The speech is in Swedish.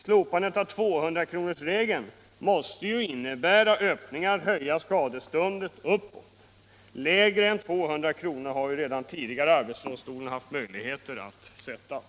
Slopandet av 200-kronorsregeln måste innebära öppningar när det gäller att höja skadeståndet — arbetsdomstolen har redan tidigare haft möjlighet att sätta skadestånd som varit lägre än 200 kr.